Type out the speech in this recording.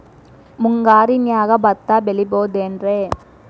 ಮುಂಗಾರಿನ್ಯಾಗ ಭತ್ತ ಬೆಳಿಬೊದೇನ್ರೇ?